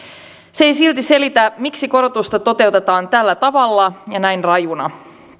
se ei silti selitä miksi korotusta toteutetaan tällä tavalla ja näin rajuna